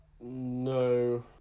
no